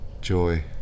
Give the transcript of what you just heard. joy